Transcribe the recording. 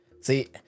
See